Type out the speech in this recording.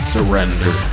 Surrender